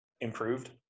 improved